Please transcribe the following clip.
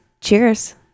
Cheers